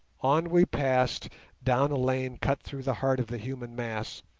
on we passed down a lane cut through the heart of the human mass,